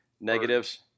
negatives